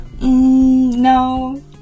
No